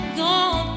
gone